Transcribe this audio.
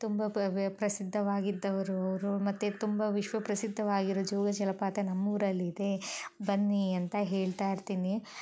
ತುಂಬಾ ಪ್ರ ಪ್ರಸಿದ್ಧವಾಗಿದ್ದವರು ಅವರು ಮತ್ತೆ ತುಂಬಾ ವಿಶ್ವಪ್ರಸಿದ್ದವಾಗಿರುವ ಜೋಗ ಜಲಪಾತ ನಮ್ಮೂರಲ್ಲಿ ಇದೆ ಬನ್ನಿ ಅಂತ ಹೇಳ್ತಾ ಇರ್ತೀನಿ